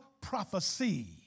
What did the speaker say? prophecy